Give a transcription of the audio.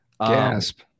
Gasp